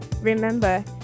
Remember